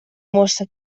mossa